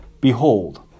Behold